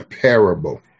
parable